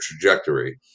trajectory